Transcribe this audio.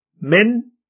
men